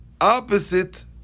opposite